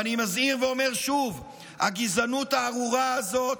ואני מזהיר ואומר שוב: הגזענות הארורה הזאת,